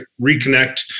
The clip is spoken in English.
reconnect